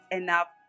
enough